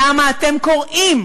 למה אתם קורעים?